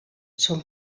són